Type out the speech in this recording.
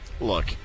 look